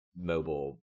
mobile